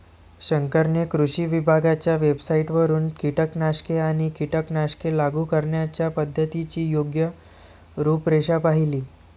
शंकरने कृषी विभागाच्या वेबसाइटवरून कीटकनाशके आणि कीटकनाशके लागू करण्याच्या पद्धतीची योग्य रूपरेषा पाहिली